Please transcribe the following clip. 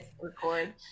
record